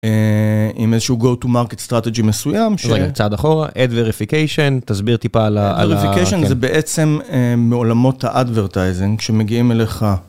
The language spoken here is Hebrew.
עם איזה שהוא go to market strategy מסוים ש... רגע, צעד אחורה. Add verification תסביר טיפה על add verification זה בעצם מעולמות ה- advertising שמגיעים אליך.